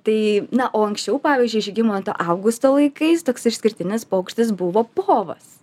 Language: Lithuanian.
tai na o anksčiau pavyzdžiui žygimanto augusto laikais toks išskirtinis paukštis buvo povas